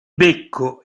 becco